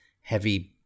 heavy